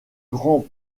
grands